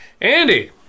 Andy